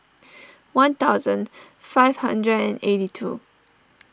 one thousand five hundred and eighty two